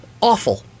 Awful